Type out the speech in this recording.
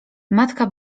matka